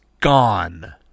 gone